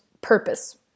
purpose